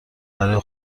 برای